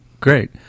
Great